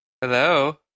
Hello